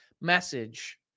message